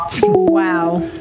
Wow